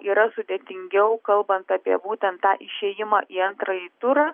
yra sudėtingiau kalbant apie būtent tą išėjimą į antrąjį turą